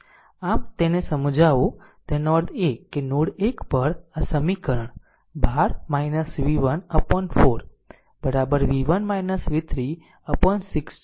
આમ તેને સમજાવું તેનો અર્થ એ કે નોડ 1 પર આ સમીકરણ 12 v1 upon 4 v1 v3 upon 6 છે